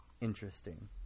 Interesting